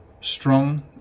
strong